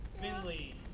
Finley